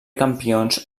campions